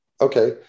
Okay